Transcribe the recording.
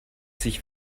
sich